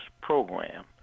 program